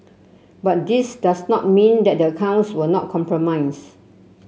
but this does not mean that the accounts were not compromised